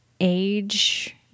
age